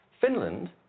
Finland